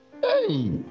Hey